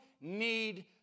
need